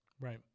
Right